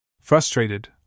Frustrated